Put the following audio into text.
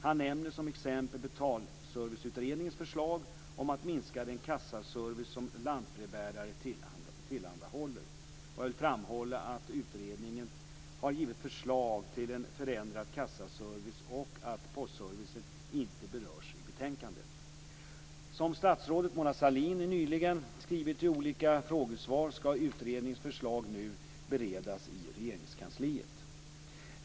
Han nämner som exempel Betalserviceutredningens förslag om att minska den kassaservice som lantbrevbärare tillhandahåller. Jag vill framhålla att utredningen har givit förslag till en förändrad kassaservice och att postservicen inte berörs i betänkandet. Som statsrådet Mona Sahlin nyligen skrivit i olika frågesvar skall utredningens förslag nu beredas i Regeringskansliet.